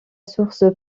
source